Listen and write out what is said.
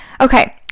Okay